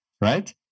right